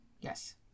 Yes